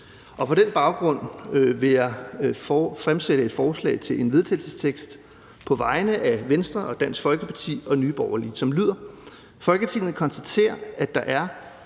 På den baggrund vil jeg fremsætte et forslag til vedtagelse på vegne af Venstre, Dansk Folkeparti og Nye Borgerlige. Det lyder: Forslag til vedtagelse »Folketinget konstaterer, at der er